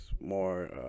more